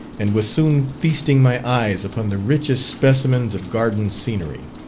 and was soon feasting my eyes upon the richest specimens of garden scenery.